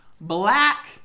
black